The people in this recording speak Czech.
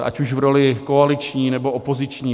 Ať už v roli koaliční, nebo opoziční.